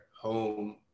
home